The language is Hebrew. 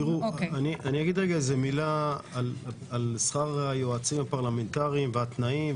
אגיד מילה על שכר היועצים הפרלמנטריים והתנאים,